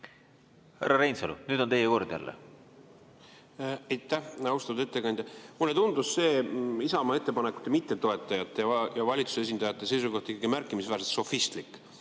Reinsalu, nüüd on teie kord jälle. Aitäh! Austatud ettekandja! Mulle tundus see Isamaa ettepanekute mittetoetajate ja valitsuse esindajate seisukoht ikkagi märkimisväärselt sofistlik.